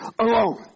alone